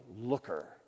looker